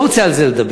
לא רוצה על זה לדבר.